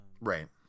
Right